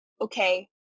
okay